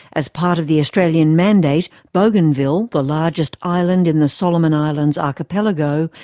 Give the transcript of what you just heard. as part of the australian mandate, bougainville, the largest island in the solomon islands archipelago,